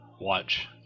watch